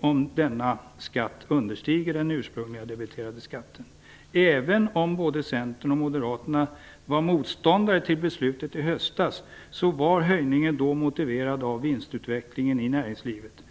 om denna skatt understiger den ursprungligen debiterade skatten. Även om både Centern och Moderaterna var motståndare till beslutet i höstas, var höjningen då motiverad av vinstutvecklingen i näringslivet.